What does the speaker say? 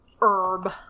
herb